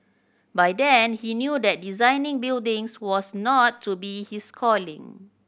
by then he knew that designing buildings was not to be his calling